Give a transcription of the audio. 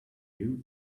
you